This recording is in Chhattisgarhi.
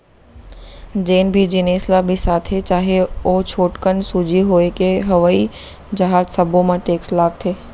जेन भी जिनिस ल बिसाथे चाहे ओ छोटकन सूजी होए के हवई जहाज सब्बो म टेक्स लागथे